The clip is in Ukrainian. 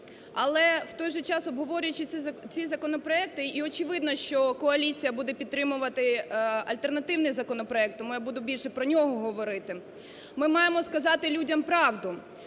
Але в той же час, обговорюючи ці законопроекти, і очевидно, що коаліція буде підтримувати альтернативний законопроект, тому я буду більше про нього говорити. Ми маємо сказати людям правду,